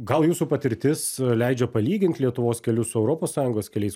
gal jūsų patirtis leidžia palygint lietuvos kelius su europos sąjungos keliais